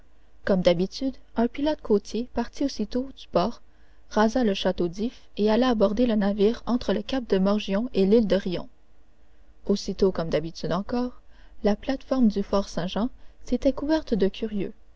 comme d'habitude un pilote côtier partit aussitôt du port rasa le château d'if et alla aborder le navire entre le cap de morgion et l'île de rion aussitôt comme d'habitude encore la plate-forme du fort saint-jean s'était couverte de curieux